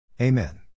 Amen